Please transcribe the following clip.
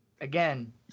Again